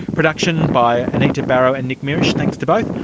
production by anita barraud and nick mierisch, thanks to both.